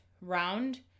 round